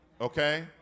Okay